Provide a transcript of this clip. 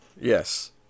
Yes